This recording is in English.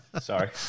Sorry